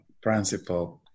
principle